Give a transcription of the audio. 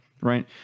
right